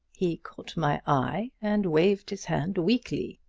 he caught my eye and waved his hand weakly.